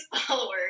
followers